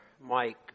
Mike